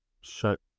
shut